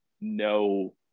No